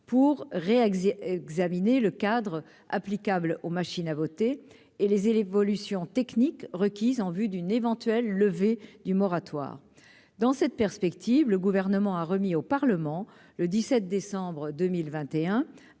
pour réaliser examiner le cadre applicable aux machines à voter et les et l'évolution technique requise en vue d'une éventuelle levée du moratoire dans cette perspective, le gouvernement a remis au Parlement le 17 décembre 2021,